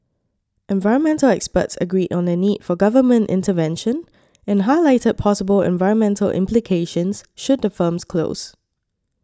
environmental experts agreed on the need for government intervention and highlighted possible environmental implications should the firms close